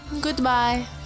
goodbye